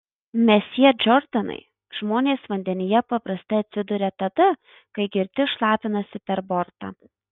mesjė džordanai žmonės vandenyje paprastai atsiduria tada kai girti šlapinasi per bortą